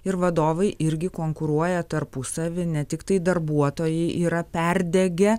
ir vadovai irgi konkuruoja tarpusavy ne tiktai darbuotojai yra perdegę